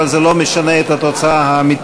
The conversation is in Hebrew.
אבל זה לא משנה את התוצאה האמיתית.